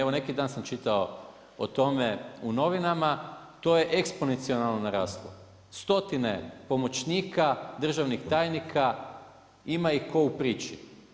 Evo neki dan sam čitao o tome u novinama, to je eksponencijalno naraslo, stotine pomoćnika, državnih tajnika, ima ih kao u priči.